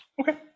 okay